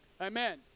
Amen